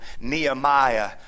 Nehemiah